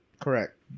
correct